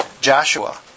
Joshua